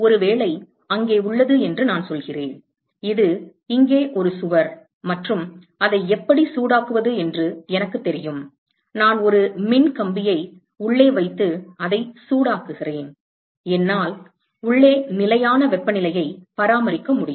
ஒருவேளை அங்கே உள்ளது என்று நான் சொல்கிறேன் இது இங்கே ஒரு சுவர் மற்றும் அதை எப்படி சூடாக்குவது என்று எனக்குத் தெரியும் நான் ஒரு மின் கம்பியை உள்ளே வைத்து அதை சூடாக்குகிறேன் என்னால் உள்ளே நிலையான வெப்பநிலையை பராமரிக்க முடியும்